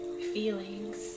feelings